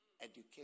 education